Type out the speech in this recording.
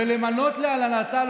ולמנות להנהלתה,